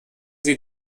sie